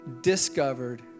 discovered